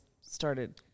started